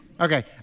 Okay